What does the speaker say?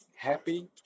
Happy